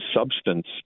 substance